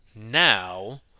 now